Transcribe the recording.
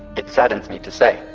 it saddens me to say,